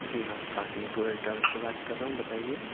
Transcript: جی ہاں Qasmi tour and travel سے بات کررہا ہوں بتائیے